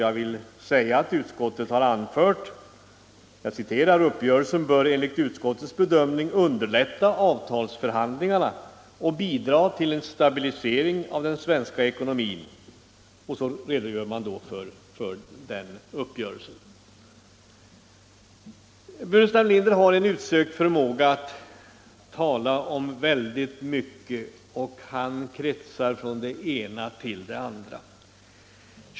Jag vill då citera vad utskottet har anfört: ”Uppgörelsen bör enligt utskottets bedömning underlätta avtalsförhandlingarna och bidra till en stabilisering av den svenska ekonomin.” Herr Burenstam Linder har en utsökt förmåga att tala om väldigt mycket. Han kretsar än kring det ena, än kring det andra.